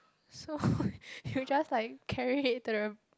so you just like carry it to the